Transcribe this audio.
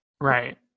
right